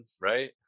right